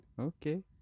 Okay